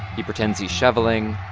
he pretends he's shoveling.